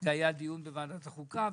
היה דיון בוועדת החוקה,